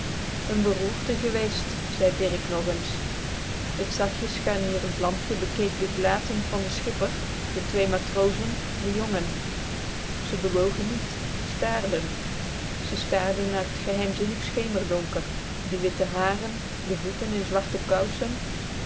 n beroerte geweest zei dirk nog ns het zachtjes scharnierend lampje bescheen de gelaten van den schipper de twee matrozen den jongen ze bewogen niet stààrden ze staarden naar t geheimzinnig schemerdonker de witte haren de vocten in zwarte kousen